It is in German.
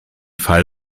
fall